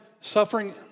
suffering